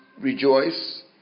rejoice